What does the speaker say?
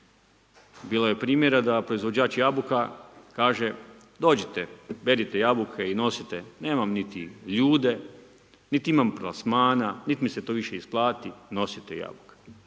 Bilo je primjera da proizvođač jabuka kaže dođite, berite jabuke i nosite, nemam niti ljude niti imam plasmana niti mi se to više isplati, nosite jabuke.